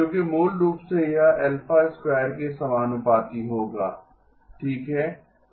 क्योंकि मूल रूप से यह α 2 के समानुपाती होगा ठीक है